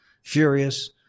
Furious